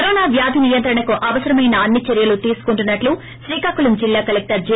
corona వ్యాధి నియంత్రణకు అవసరమైన అన్సిచర్యలు తీసుకుంటున్నట్లు శ్రీకాకుళం జిల్లా కలెక్టర్ జె